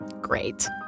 Great